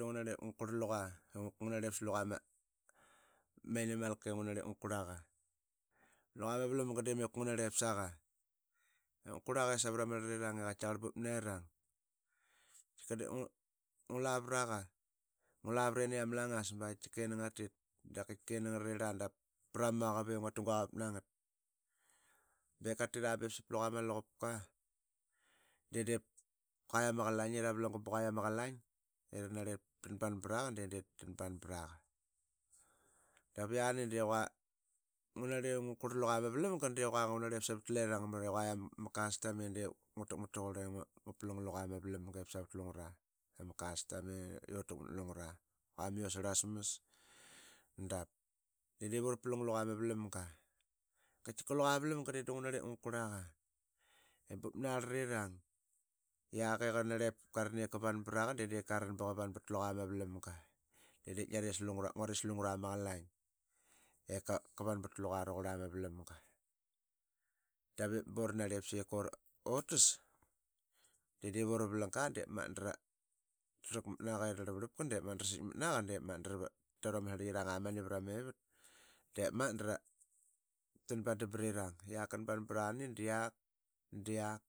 I da ngu narlip ngu qurluqa i ngu narlip sa luqa ama aninalka i ngu narlip ngu kurl aqa. Luqa ma valamga de meka ngu narlip saqa ip ngu qurlaqa i sama ma arlatirang i qaitkiaqarl bup ninang. Tika diip ngu lavaraqa. ngu lavarini ama langas ba qaitika ini ngatit dap qaitika ini ngaralir aa dap pra ma muaqavap i ngua tu guaqavap na ngat. Qatira ba sap luqa ma luqupka de diip qua yiama qalang i ravalanga ba qua ama qalaing i ra narlip tanban braqa de diip tanban braqa. Dap i yani de diip qua ngu narli ngu qurl luqa ma valamga de qua ba ngu narlip savat lirang mara i qua ama custom i diip ngu takmat taqurla ip ngu palang luqa ma valamga savat lungura ama custom i ura takmak na lungura i qua ama yos arla smas dap. Dep diip ura palang luqa ma valamga. Dap qaitika luqa ma valamga de da ngu narlip ngu kurlaqa i bup naarlatirang i qak i qua qanarlip qa van braqa dediip qavan bat luqa ma valamga de diip ngiaras lungura. nguaris lugura ama qalang ip qavanbat luqa raqurla ma valanga. Da vip ba ut narli sika ivutas de diip ura valanga diip magnat da ra rakamat naqa i ra rlavarlapka da ra sitkmat da raru ama srlik amani vra ma evat. Diip magat da ranbandam prirang i qak qan ban pra ani da yiak. da yiak